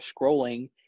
scrolling